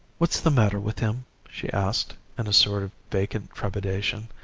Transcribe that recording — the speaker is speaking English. what's the matter with him she asked in a sort of vacant trepidation.